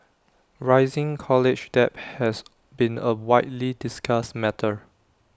rising college debt has been A widely discussed matter